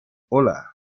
hola